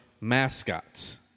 mascots